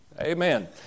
Amen